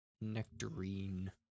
Nectarine